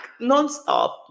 nonstop